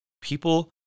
people